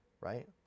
right